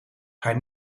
haar